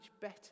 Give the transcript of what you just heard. better